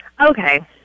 Okay